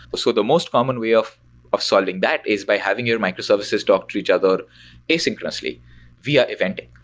but so the most common way of of solving that is by having your microservices talk to each other asynchronously via eventing.